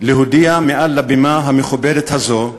להודיע מעל הבימה המכובדת הזו,